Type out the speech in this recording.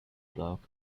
block